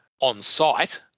on-site